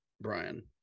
Brian